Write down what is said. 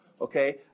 okay